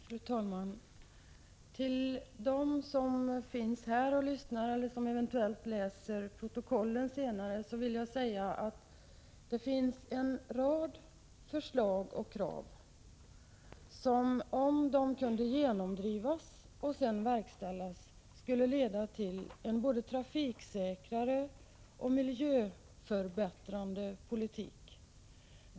Fru talman! Till dem som finns här och lyssnar och dem som eventuellt läser protokollet senare vill jag säga: Det finns en rad förslag och krav som, om de kunde genomdrivas och sedan verkställas, skulle innebära en mer trafiksäker och miljöförbättrande politik.